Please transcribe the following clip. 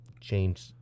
change